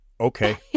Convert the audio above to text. Okay